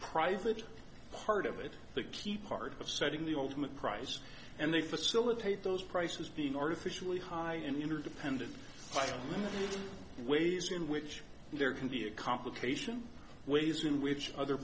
that part of it the key part of setting the ultimate price and they facilitate those prices being artificially high interdependent ways in which there can be a complication ways in which other